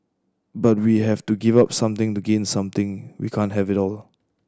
but we have to give up something to gain something we can't have it all